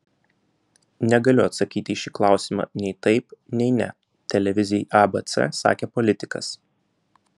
negaliu atsakyti į šį klausimą nei taip nei ne televizijai abc sakė politikas